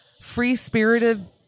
free-spirited